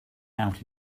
out